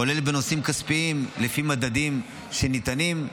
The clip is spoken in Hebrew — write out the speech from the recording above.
כולל בנושאים כספיים לפי מדדים שניתנים,